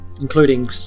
including